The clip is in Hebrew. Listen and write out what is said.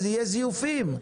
יהיו זיופים.